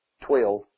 twelve